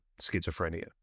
schizophrenia